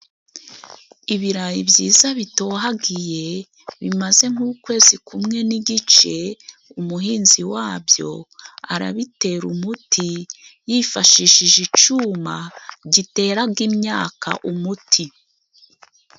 Ibirayi byiza bitohagiye bimaze nk'ukwezi kumwe n'igice. Umuhinzi wabyo arabitera umuti, yifashishije icuma giteraga imyaka umuti.